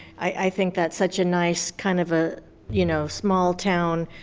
i think that's such a nice kind of a you know small town